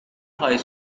high